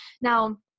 Now